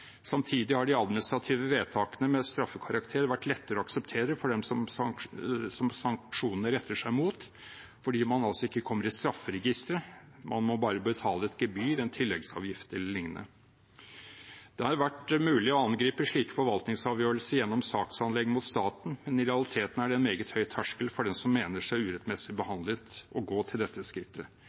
Samtidig har de administrative vedtakene med straffekarakter vært lettere å akseptere for dem sanksjoner rettes mot, fordi man altså ikke kommer i strafferegisteret; man må bare betale et gebyr, en tilleggsavgift e.l. Det har vært mulig å angripe slike forvaltningsavgjørelser gjennom saksanlegg mot staten, men i realiteten er det en meget høy terskel for den som mener seg urettmessig behandlet, å gå til dette skrittet.